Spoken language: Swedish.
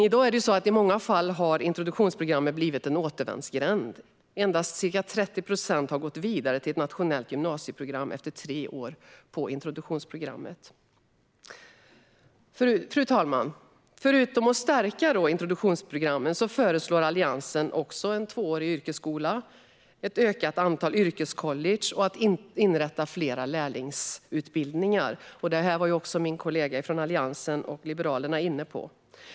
I dag har introduktionsprogrammen i många fall blivit en återvändsgränd - endast ca 30 procent har gått vidare till ett nationellt gymnasieprogram efter tre år på introduktionsprogrammet. Fru talman! Förutom att man stärker introduktionsprogrammen föreslår Alliansen en tvåårig yrkesskola, ett ökat antal yrkescollege och att man inrättar fler lärlingsutbildningar. Det här var min allianskollega från Liberalerna också inne på.